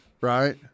right